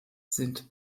sind